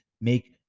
make